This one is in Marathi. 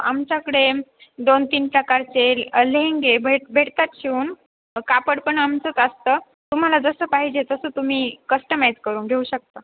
आमच्याकडे दोन तीन प्रकारचे लेहेंगे भेट भेटतात शिवून कापड पण आमचंच असतं तुम्हाला जसं पाहिजे तसं तुम्ही कस्टमाईज करून घेऊ शकता